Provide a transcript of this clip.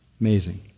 amazing